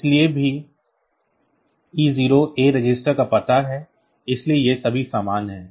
इसलिए भी e0 A register का पता है इसलिए ये सभी समान हैं